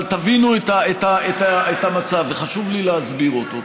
אבל תבינו את המצב, וחשוב לי להסביר אותו.